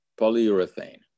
polyurethane